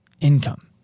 income